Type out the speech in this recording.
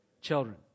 Children